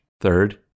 Third